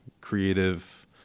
creative